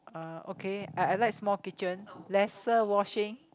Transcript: uh okay I I like small kitchen lesser washing